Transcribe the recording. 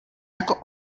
jako